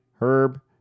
Herb